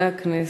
חברי הכנסת,